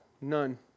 none